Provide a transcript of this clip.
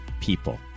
people